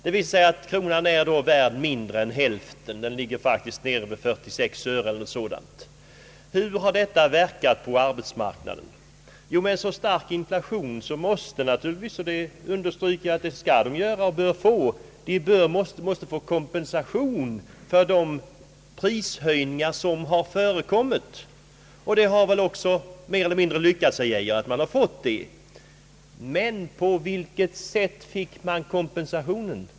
Det visar sig att kronan nu är värd mindre än hälften; den är faktiskt nere i 46 öre. Hur har detta inverkat på arbetsmarknaden? Med en så stark inflation måste de anställda få kompensation för prishöjningar, och detta har väl mer eller mindre lyckats. Men på vilket sätt fick man kompensationen?